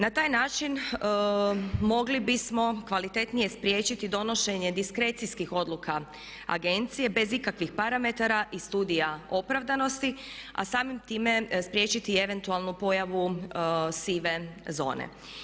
Na taj način mogli bismo kvalitetnije spriječiti donošenje diskrecijskih odluka agencije bez ikakvih parametara i studija opravdanosti, a samim time spriječiti i eventualnu pojavu sive zone.